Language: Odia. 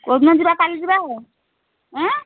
କେଉଁ ଦିନ ଯିବା କାଲି ଯିବା